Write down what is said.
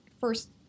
first